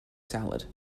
salad